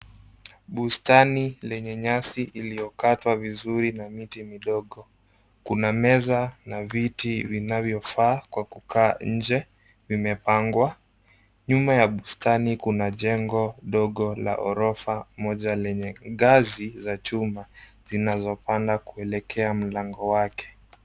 Bustani lenye nyasi iliyokatwa vizuri na miti midogo. Kuna meza na viti vinavyofaa kwa kukaa nje, vimepangwa. Nyuma ya bustani kuna jengo ndogo la ghorofa moja lenye ngazi za chuma, zinazopanda kuelekea mlango wake.